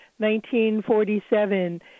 1947